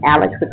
Alex